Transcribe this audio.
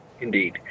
Indeed